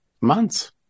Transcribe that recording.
months